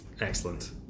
excellent